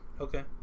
Okay